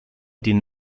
den